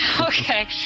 Okay